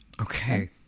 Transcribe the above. Okay